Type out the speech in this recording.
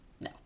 No